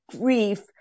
grief